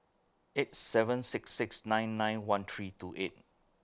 eight seven six six nine nine one three two eight